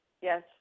Yes